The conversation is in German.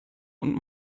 und